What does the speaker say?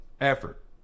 effort